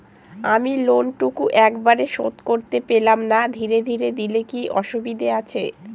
আমি লোনটুকু একবারে শোধ করতে পেলাম না ধীরে ধীরে দিলে কি অসুবিধে আছে?